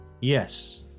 Yes